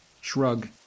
shrug